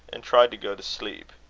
and tried to go to sleep.